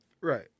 Right